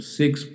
six